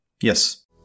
Yes